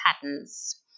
patterns